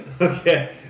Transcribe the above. Okay